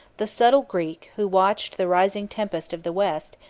the subtle greek, who watched the rising tempest of the west,